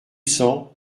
sang